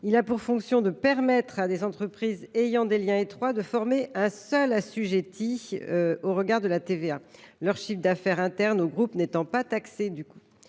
a pour fonction de permettre à des entreprises ayant des liens étroits de former un seul assujetti au regard de la TVA, leur chiffre d’affaires interne au groupe n’étant pas taxé.